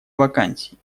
вакансий